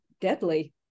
deadly